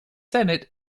senate